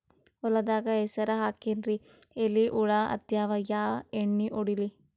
ಹೊಲದಾಗ ಹೆಸರ ಹಾಕಿನ್ರಿ, ಎಲಿ ಹುಳ ಹತ್ಯಾವ, ಯಾ ಎಣ್ಣೀ ಹೊಡಿಲಿ?